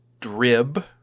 DRIB